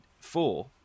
four